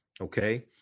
okay